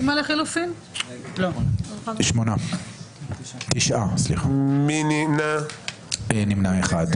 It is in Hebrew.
4 נגד, 9 נמנעים, אין לא אושרה.